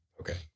Okay